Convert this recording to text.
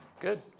Good